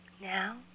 Now